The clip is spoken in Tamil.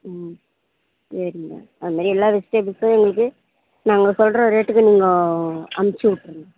ம் சரிங்க அந்த மாதிரி எல்லா வெஜிடேபிள்ஸ்ஸும் எங்களுக்கு நாங்கள் சொல்கிற ரேட்டுக்கு நீங்கள் அனுப்ச்சுட்டிருங்க